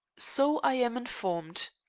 so i am informed.